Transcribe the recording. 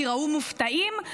תיראו מופתעים,